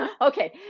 Okay